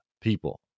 people